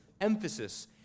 emphasis